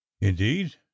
indeed